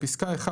בפסקה (1),